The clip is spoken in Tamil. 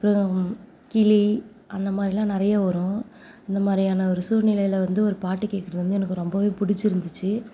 அப்புறம் கிளி அந்தமாதிரில்லாம் நிறைய வரும் அந்தமாதிரியான ஒரு சூழ்நிலையில் வந்து ஒரு பாட்டு கேட்கறது வந்து எனக்கு ரொம்பவே பிடிச்சிருந்துச்சு